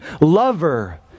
lover